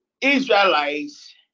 Israelites